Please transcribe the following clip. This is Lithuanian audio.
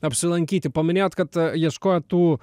apsilankyti paminėjot kad ieškojot tų